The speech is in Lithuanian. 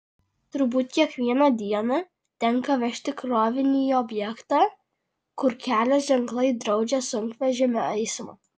turbūt kiekvieną dieną tenka vežti krovinį į objektą kur kelio ženklai draudžia sunkvežimio eismą